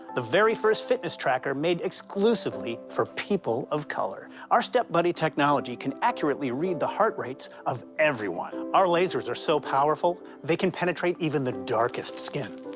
the very first fitness tracker made exclusively for people of color. our step buddy technology can accurately read the heart rates of everyone. our lasers are so powerful they can penetrate even the darkest skin.